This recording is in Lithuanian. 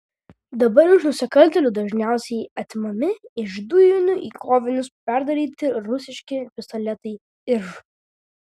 dabar iš nusikaltėlių dažniausiai atimami iš dujinių į kovinius perdaryti rusiški pistoletai iž